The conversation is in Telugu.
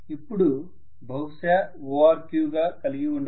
ఇప్పుడు బహుశా ORQ గా కలిగి ఉండవచ్చు